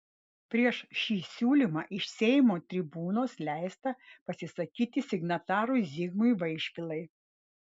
prieš šį siūlymą iš seimo tribūnos leista pasisakyti signatarui zigmui vaišvilai